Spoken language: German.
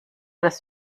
das